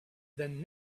than